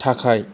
थाखाय